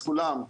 לכולם,